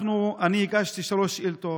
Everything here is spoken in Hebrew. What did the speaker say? אני הגשתי שלוש שאילתות.